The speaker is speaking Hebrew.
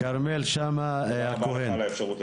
כרמל שאמה הכהן.